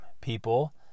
people